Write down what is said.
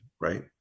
Right